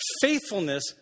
Faithfulness